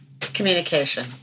communication